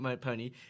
Pony